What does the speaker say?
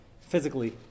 physically